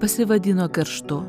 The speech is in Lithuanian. pasivadino kerštu